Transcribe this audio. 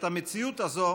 את המציאות הזאת